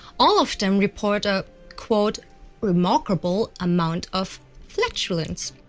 all of them report a, quote remarkable amount of flatulence,